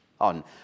on